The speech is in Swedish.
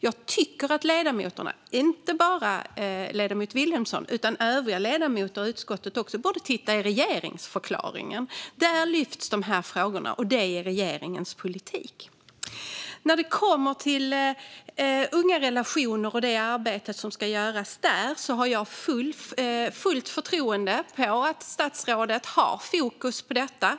Jag tycker att ledamöterna, inte bara ledamoten Vilhelmsson utan även övriga ledamöter i utskottet, borde titta i regeringsförklaringen. Där lyfts dessa frågor, och det är regeringens politik. När det kommer till Ungarelationer.se och det arbete som ska göras där har jag fullt förtroende för att statsrådet har fokus på detta.